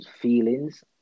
feelings